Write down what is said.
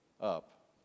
up